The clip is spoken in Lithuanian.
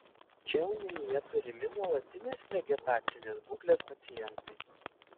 čia omenyje turimi nuolatinės vegetacinės būklės pacientai